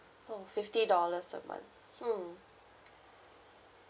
oh fifty dollars a month hmm